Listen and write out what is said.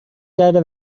کرده